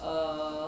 err